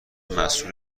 مسئول